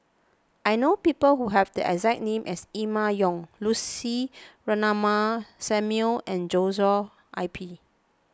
I know people who have the exact name as Emma Yong Lucy Ratnammah Samuel and Joshua I P